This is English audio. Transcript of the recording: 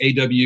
AW